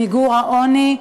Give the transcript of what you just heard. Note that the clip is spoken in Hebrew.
עם מיגור העוני,